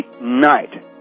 night